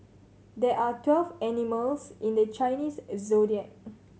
there are twelve animals in the Chinese Zodiac